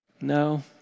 no